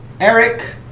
Eric